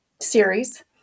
series